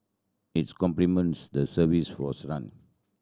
its complements the service was run